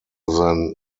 than